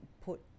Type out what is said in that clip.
put